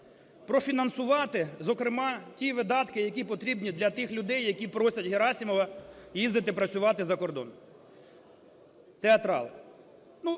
профінансувати, зокрема, ті видатки, які потрібні для тих людей, які просять Герасимова їздити працювати за кордон. Театрал.